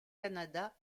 canada